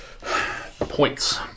Points